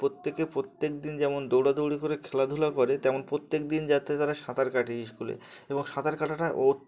প্রত্যেকে প্রত্যেক দিন যেমন দৌড়াদৌড়ি করে খেলাধুলা করে তেমন প্রত্যেক দিন যাতে তারা সাঁতার কাটে স্কুলে এবং সাঁতার কাটাটা